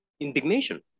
indignation